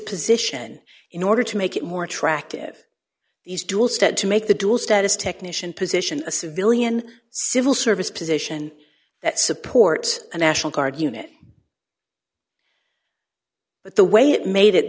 position in order to make it more attractive these dual stead to make the dual status technician position a civilian civil service position that supports a national guard unit but the way it made it